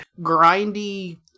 grindy